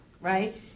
right